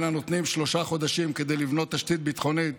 אלא נותנים שלושה חודשים כדי לבנות תשתית ביטחונית